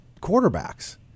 quarterbacks